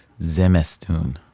Zemestun